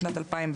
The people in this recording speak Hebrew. לשנת 2020